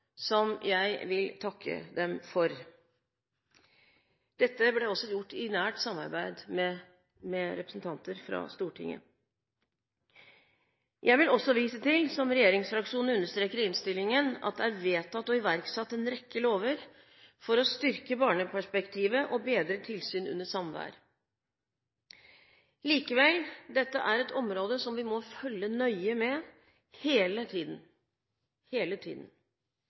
som jeg vil takke dem for. Dette ble også gjort i nært samarbeid med representanter fra Stortinget. Jeg vil også vise til, som regjeringsfraksjonen understreker i innstillingen, at det er vedtatt og iverksatt en rekke lover for å styrke barneperspektivet og bedre tilsyn under samvær. Likevel – dette er et område der vi må følge nøye med hele tiden.